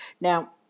now